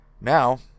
Now